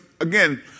again